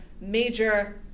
major